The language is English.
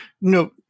no